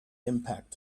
impact